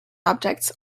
objects